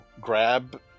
grab